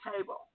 table